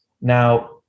Now